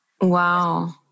Wow